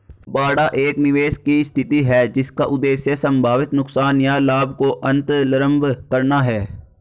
बाड़ा एक निवेश की स्थिति है जिसका उद्देश्य संभावित नुकसान या लाभ को अन्तर्लम्ब करना है